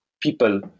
people